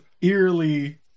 eerily